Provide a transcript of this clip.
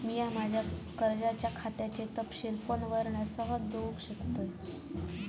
मी माज्या कर्जाच्या खात्याचे तपशील फोनवरना सहज बगुक शकतय